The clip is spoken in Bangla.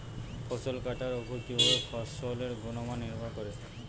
ফসল কাটার উপর কিভাবে ফসলের গুণমান নির্ভর করে?